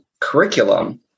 curriculum